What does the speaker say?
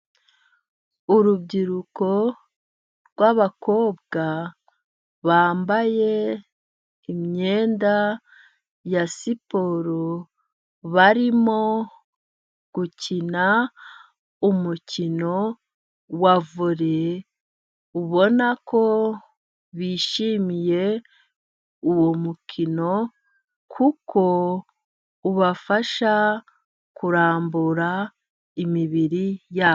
Urubyiruko rw'abakobwa bambaye imyenda ya siporo, barimo gukina umukino wa vore, ubona ko bishimiye uwo mukino kuko ubafasha kurambura imibiri ya bo.